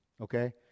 okay